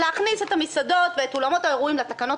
להכניס את המסעדות ואת אולמות האירועים לתקנות